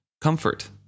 Comfort